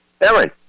Erin